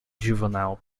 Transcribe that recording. juvenile